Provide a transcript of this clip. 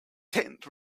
tent